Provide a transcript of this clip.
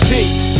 Peace